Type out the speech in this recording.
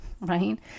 right